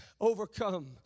overcome